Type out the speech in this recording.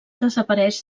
desapareix